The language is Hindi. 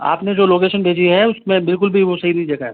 आपने जो लोकेशन भेजी है उसमें बिलकुल भी वो सही नहीं दिखाया है